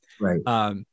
Right